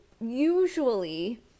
usually